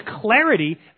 clarity